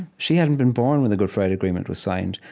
she hadn't been born when the good friday agreement was signed.